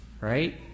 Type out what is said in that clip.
right